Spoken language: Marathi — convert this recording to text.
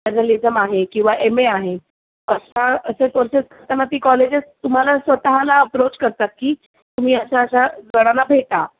जर्नलिजम आहे किंवा एम ए आहे अशा असे कोर्सेस करताना ती कॉलेजेस तुम्हाला स्वतःला अप्रोच करतात की तुम्ही अशा अशा जणांना भेटा